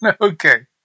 okay